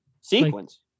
Sequence